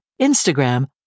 Instagram